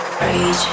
Rage